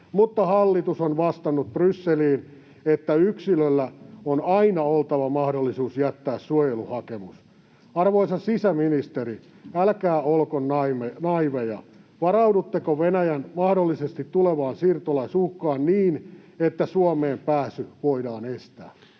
mutta hallitus on vastannut Brysseliin, että yksilöllä on aina oltava mahdollisuus jättää suojeluhakemus. Arvoisa sisäministeri, älkää olko naiiveja. Varaudutteko Venäjältä mahdollisesti tulevaan siirtolaisuhkaan niin, että Suomeen pääsy voidaan estää?